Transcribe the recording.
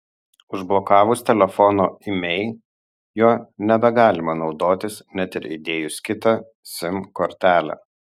užblokavus telefono imei juo nebegalima naudotis net ir įdėjus kitą sim kortelę